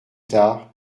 tard